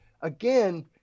again